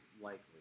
likely